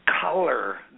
color